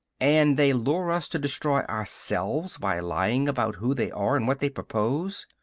and they lure us to destroy ourselves by lying about who they are and what they propose.